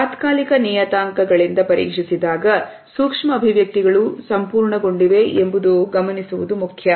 ತಾತ್ಕಾಲಿಕ ನಿಯತಾಂಕಗಳಿಂದ ಪರೀಕ್ಷಿಸಿದಾಗ ಸೂಕ್ಷ್ಮ ಅಭಿವ್ಯಕ್ತಿಗಳು ಸಂಪೂರ್ಣಗೊಂಡಿವೆ ಎಂಬುದು ಗಮನಿಸುವುದು ಮುಖ್ಯ